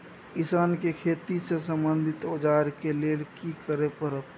किसान के खेती से संबंधित औजार के लेल की करय परत?